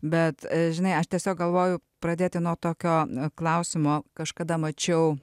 bet žinai aš tiesiog galvoju pradėti nuo tokio klausimo kažkada mačiau